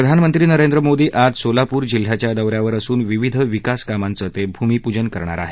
प्रधानमंत्री नरेंद्र मोदी आज सोलापूर जिल्ह्याच्या दौऱ्यावर असून विविध विकास कामांच ते भूमिपूजन करणार आहेत